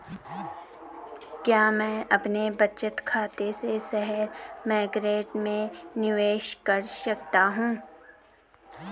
क्या मैं अपने बचत खाते से शेयर मार्केट में निवेश कर सकता हूँ?